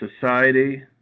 society